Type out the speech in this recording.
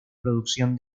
producción